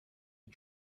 had